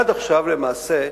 עד עכשיו, למעשה,